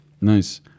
Nice